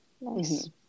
Nice